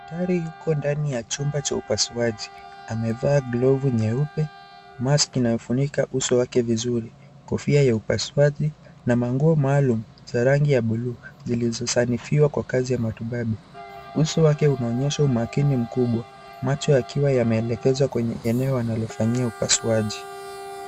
Daktari yuko ndani ya chumba cha upasuaji amevaa glavu nyeupe maski inafunika uso wake vizuri kofia ya upasuaji na manguo maalum za rangi ya buluu zilizozanifiwa kwa kazi ya matibabu, uso wake unaonyesha umakini mkubwa macho yakiwa yameelekezwa kwenye eneo wanalofanyia upasuaji.